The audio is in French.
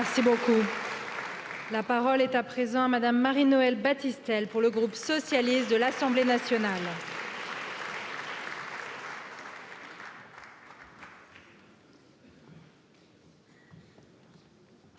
merci beaucoup est à présent à Mme Mariole Battistel, pour le groupe socialiste de l'assemblée nationale.